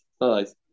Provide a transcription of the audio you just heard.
nice